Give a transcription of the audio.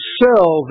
sell